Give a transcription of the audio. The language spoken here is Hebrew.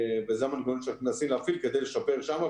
וזה המנגנון שאנחנו מנסים להפעיל כדי לשפר שם.